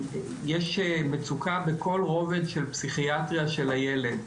שיש מצוקה בכל רובד של פסיכיאטריה של הילד,